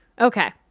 Okay